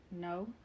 No